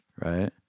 Right